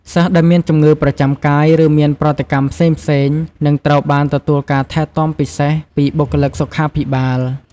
សិស្សដែលមានជំងឺប្រចាំកាយ ឬមានប្រតិកម្មផ្សេងៗនឹងត្រូវបានទទួលការថែទាំពិសេសពីបុគ្គលិកសុខាភិបាល។